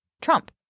Trump